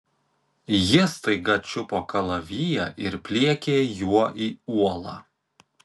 ji staiga čiupo kalaviją ir pliekė juo į uolą